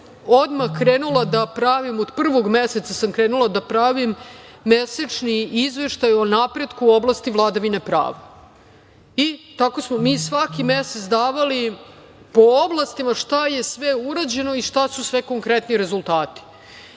mandatu ove Vlade odmah od prvog meseca sam krenula da pravim mesečni izveštaj o napretku u oblasti vladavine prava i tako smo mi svaki mesec davali po oblastima šta je sve urađeno i šta su sve konkretni rezultati,